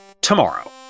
tomorrow